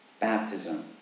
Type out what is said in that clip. Baptism